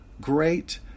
Great